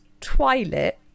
twilight